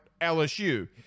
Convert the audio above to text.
LSU